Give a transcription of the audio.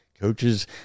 Coaches